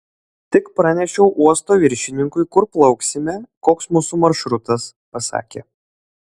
tik pranešiau uosto viršininkui kur plauksime koks mūsų maršrutas pasakė